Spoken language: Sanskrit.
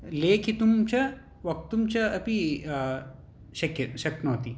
लेखितुं च वक्तुं च अपि शक्य शक्नोति